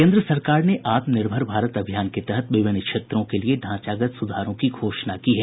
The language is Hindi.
केन्द्र सरकार ने आत्मनिर्भर भारत अभियान के तहत विभिन्न क्षेत्रों के लिए ढांचागत सुधारों की घोषणा की है